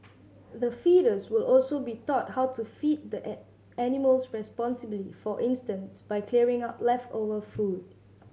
the feeders will also be taught how to feed the animals responsibly for instance by clearing up leftover food